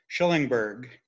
Schillingberg